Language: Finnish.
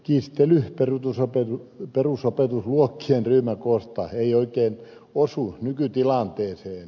kiistely perusopetusluokkien ryhmäkoosta ei oikein osu nykytilanteeseen